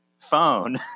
Phone